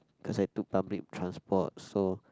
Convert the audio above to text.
cause I took public transport so